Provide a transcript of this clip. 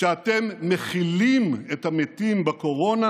כשאתם מכילים את המתים בקורונה,